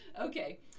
Okay